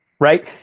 Right